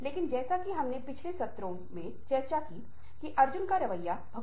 और ऐसा करने के लिए हमें भाषा को सुनने और उसमें महारत हासिल करने के लिए कानों का उपयोग करना होगा